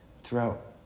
throughout